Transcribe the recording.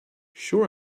sure